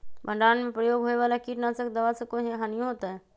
भंडारण में प्रयोग होए वाला किट नाशक दवा से कोई हानियों होतै?